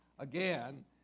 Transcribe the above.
Again